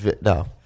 No